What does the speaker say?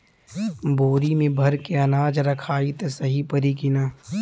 बोरी में भर के अनाज रखायी त सही परी की ना?